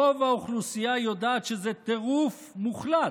רוב האוכלוסייה יודעת שזה טירוף מוחלט,